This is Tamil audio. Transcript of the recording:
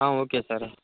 ah okay sir